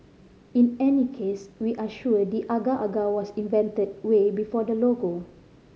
in any case we are sure the agar agar was invented way before the logo